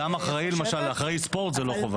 גם אחראי ספורט, למשל, זה לא חובה.